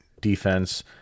defense